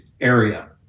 area